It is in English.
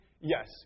Yes